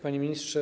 Panie Ministrze!